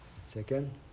second